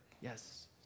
Yes